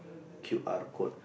Q R code